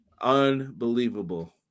Unbelievable